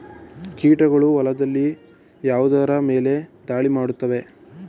ಕೀಟಗಳು ಹೊಲದಲ್ಲಿ ಯಾವುದರ ಮೇಲೆ ಧಾಳಿ ಮಾಡುತ್ತವೆ?